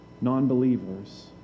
non-believers